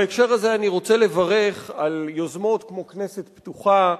בהקשר הזה אני רוצה לברך על יוזמות כמו "כנסת פתוחה",